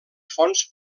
fonts